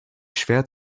schwer